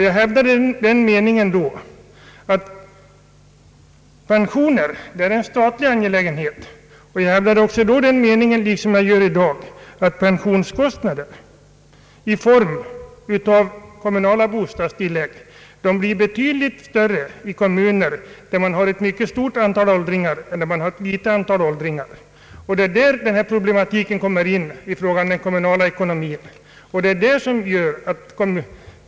Jag hävdade då även den meningen, liksom jag gör i dag, att pensionen är en statlig angelägenhet och att pensionskostnaden i form av kommunala bostadstillägg blir betydligt större i kommuner med många åldringar än i kommuner med ett litet antal gamla. Det är där problematiken när det gäller den kommunala ekonomin kommer in.